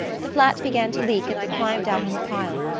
the flat began to leak and i climbed out on the pile.